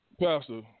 Pastor